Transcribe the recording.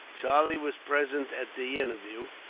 charlie was present at the interview,